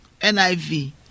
NIV